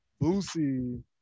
Boosie